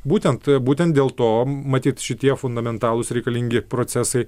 būtent būtent dėl to matyt šitie fundamentalūs reikalingi procesai